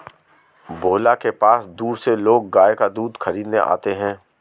भोला के पास दूर से लोग गाय का दूध खरीदने आते हैं